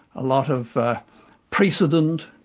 a lot of precedent,